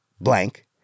blank